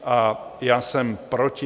A já jsem proti.